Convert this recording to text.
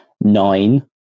nine